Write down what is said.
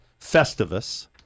Festivus